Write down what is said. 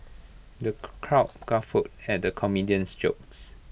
the crowd guffawed at the comedian's jokes